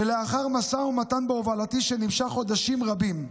לאחר משא ומתן בהובלתי שנמשך חודשים רבים.